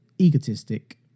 egotistic